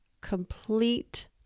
complete